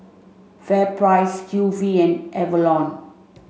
FairPrice Q V and Avalon